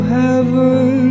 heaven